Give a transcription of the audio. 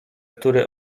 który